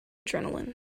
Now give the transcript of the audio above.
adrenaline